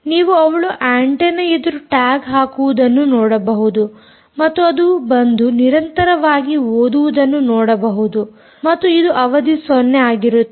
ನೀವು ಅವಳು ಆಂಟೆನ್ನ ಎದುರು ಟ್ಯಾಗ್ ಹಾಕುವುದನ್ನು ನೋಡಬಹುದು ಮತ್ತು ಅದು ಬಂದು ನಿರಂತರವಾಗಿ ಓದುವುದನ್ನು ನೋಡಬಹುದು ಮತ್ತು ಇದು ಅವಧಿ 0 ಆಗಿರುತ್ತದೆ